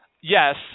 Yes